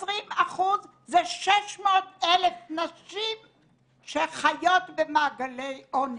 20% זה 600,000 נשים שחיות במעגלי עוני,